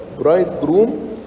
bridegroom